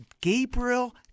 Gabriel